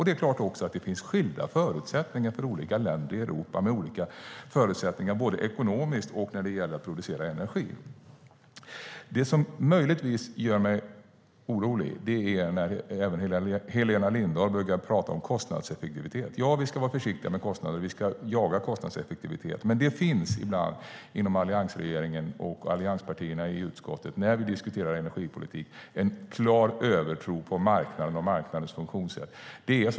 Det är klart att det finns skilda förutsättningar för olika länder i Europa, både ekonomiskt och när det gäller att producera energi. Det finns något som möjligtvis gör mig orolig. Helena Lindahl brukar prata om kostnadseffektivitet. Ja, vi ska vara försiktiga med kostnader. Vi ska jaga kostnadseffektivitet. Men det finns ibland inom alliansregeringen och allianspartierna i utskottet, när vi diskuterar energipolitik, en klar övertro på marknaden och marknadens funktionssätt.